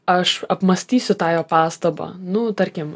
aš apmąstysiu tą jo pastabą nu tarkim